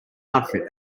outfit